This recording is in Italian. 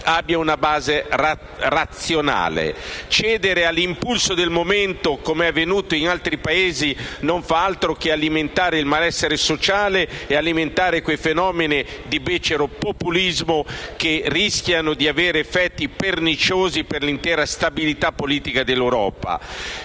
abbia una base razionale. Cedere all'impulso del momento, com'è avvenuto in altri Paesi, non fa altro che alimentare il malessere sociale e quei fenomeni di becero populismo che rischiano di avere effetti perniciosi per l'intera stabilità politica dell'Europa,